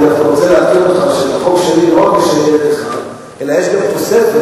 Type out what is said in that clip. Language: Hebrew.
אני דווקא רוצה לעדכן אותך שבחוק שלי לא רק יש ילד אחד אלא יש גם תוספת,